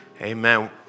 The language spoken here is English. Amen